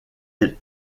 est